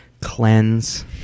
cleanse